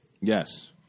Yes